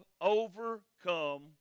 overcome